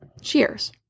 Cheers